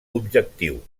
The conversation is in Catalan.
objectiu